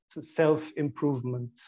self-improvement